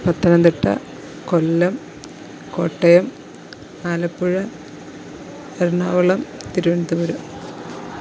Pathanamthitta Kollam Kottayam Alappuzha Ernakulam Thiruvananthapuram